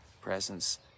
presence